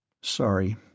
Sorry